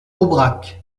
aubrac